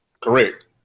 Correct